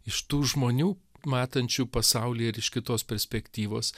iš tų žmonių matančių pasaulį ir iš kitos perspektyvos